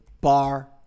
Bar